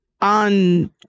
on